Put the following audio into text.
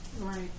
Right